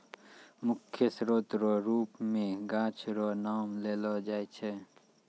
मुख्य स्रोत रो रुप मे गाछ रो नाम लेलो जाय छै